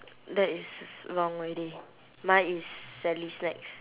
that is wrong already mine is sally snacks